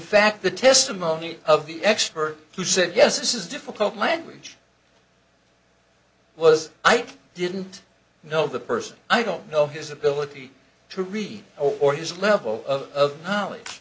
fact the testimony of the expert who said yes this is difficult language was i didn't know the person i don't know his ability to read or his level of knowledge